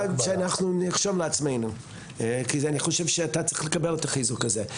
זאת אמירה שנרשום לעצמנו כי אני חושב שאתה צריך לקבל את החיזוק הזה.